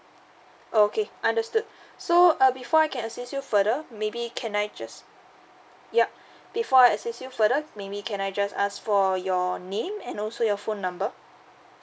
okay understood so uh before I can assist you further maybe can I just yup before I assist you further maybe can I just ask for your name and also your phone number